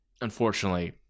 unfortunately